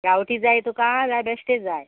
गांवठी जाय तुका जाय बेश्टे जाय